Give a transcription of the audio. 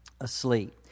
asleep